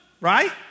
right